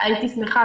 הייתי שמחה,